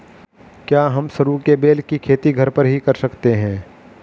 क्या हम सरू के बेल की खेती घर पर ही कर सकते हैं?